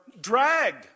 dragged